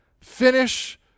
Finish